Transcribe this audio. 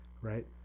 right